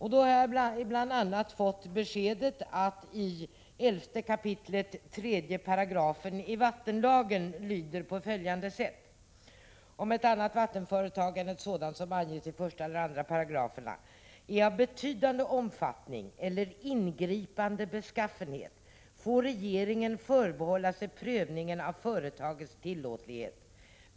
Jag har då bl.a. fått beskedet att 11 kap. 3 §i vattenlagen lyder på följande sätt: ”Om ett annat vattenföretag än ett sådant som anges i 1 och 2 §§ är av betydande omfattning eller ingripande beskaffenhet, får regeringen förbehålla sig prövningen av företagets tillåtlighet.